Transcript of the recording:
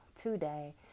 today